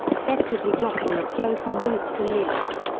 effectively blocking the flow from roots to leaves.